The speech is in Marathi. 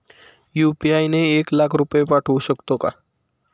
यु.पी.आय ने एक लाख रुपये पाठवू शकतो का?